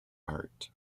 art